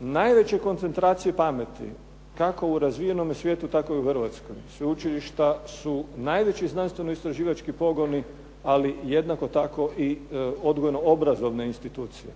najveće koncentracije pameti kako u razvijenome svijetu tako i u Hrvatskoj. Sveučilišta su najveći znanstveno-istraživački pogoni, ali jednako tako i odgojno-obrazovne institucije.